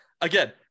again